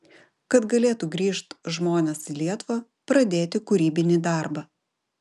kad galėtų grįžt žmonės į lietuvą pradėti kūrybinį darbą